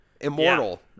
Immortal